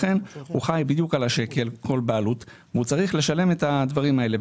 לכן כל בעלות חיה בדיוק על השקל והיא צריכה לשלם את הדברים האלה.